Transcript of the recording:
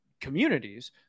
communities